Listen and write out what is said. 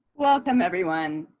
welcome, everyone,